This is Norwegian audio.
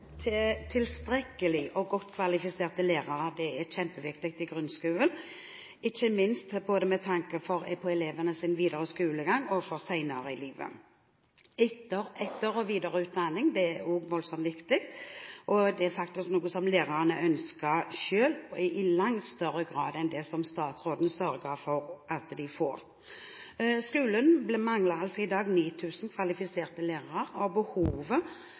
kjempeviktig i grunnskolen, ikke minst med tanke på elevenes videre skolegang og med tanke på livet videre. Etter- og videreutdanning er også svært viktig, og det er noe som lærerne selv ønsker i langt større grad enn det statsråden sørger for at de får. Skolen mangler i dag 9 000 kvalifiserte lærere, og behovet